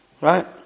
right